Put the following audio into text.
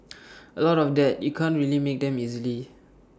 A lot of that you can't really make them easily